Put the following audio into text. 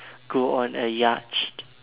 go on a yacht